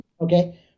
okay